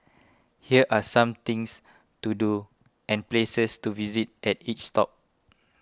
here are some things to do and places to visit at each top